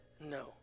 no